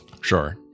Sure